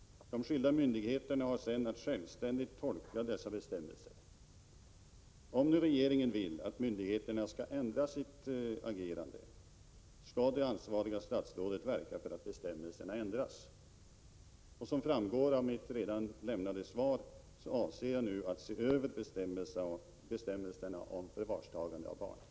De skilda myndigheterna har sedan att självständigt tolka dessa bestämmelser. Om regeringen vill att myndigheterna skall ändra sitt agerande, skall det ansvariga statsrådet verka för att bestämmelserna ändras. Som framgår av mitt redan lämnade svar avser jag att nu se över bestämmelserna om förvarstagande av barn.